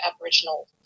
Aboriginal